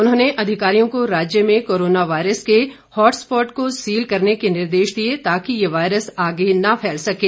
उन्होंने अधिकारियों को राज्य में कोरोना वायरस के हॉटस्पॉट को सील करने के निर्देश दिए ताकि ये वायरस आगे न फैल सकें